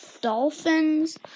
Dolphins